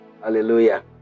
Hallelujah